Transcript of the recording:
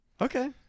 Okay